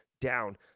down